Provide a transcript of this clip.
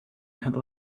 had